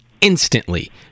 instantly